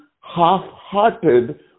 half-hearted